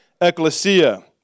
Ecclesia